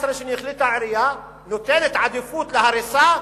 לתת עדיפות להריסה